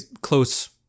close